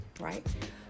Right